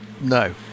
No